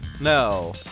No